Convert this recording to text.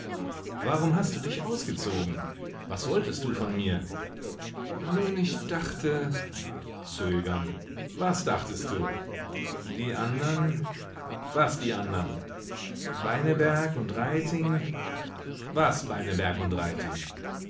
warum hast du dich ausgezogen was wolltest du von mir nun ich dachte zögern was dachtest du die anderen was die anderen beineberg und reiting was beineberg und